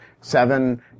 Seven